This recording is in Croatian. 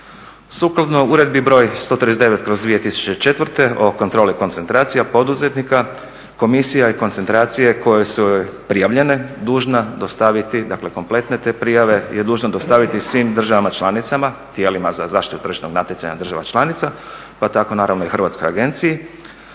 Sukladno Uredbi broj 139/2004 o kontroli koncentracija poduzetnika komisija i koncentracije koje su joj prijavljene dužna dostaviti kompletne te prijave je dužna dostaviti svim državama članicama, tijelima za zaštitu tržišnog natjecanja država članica, pa tako naravno i Hrvatska agencija,